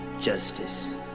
justice